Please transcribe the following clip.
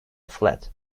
fled